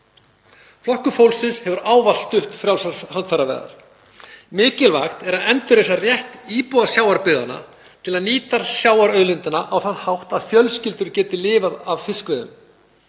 Flokkur fólksins hefur ávallt stutt frjálsar handfæraveiðar. Mikilvægt er að endurreisa rétt íbúa sjávarbyggðanna til að nýta sjávarauðlindina á þann hátt að fjölskyldur geti lifað af fiskveiðum.